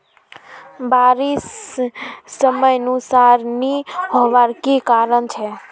बारिश समयानुसार नी होबार की कारण छे?